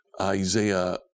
Isaiah